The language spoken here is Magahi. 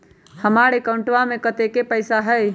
हमार अकाउंटवा में कतेइक पैसा हई?